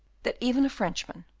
that even a frenchman,